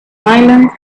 silence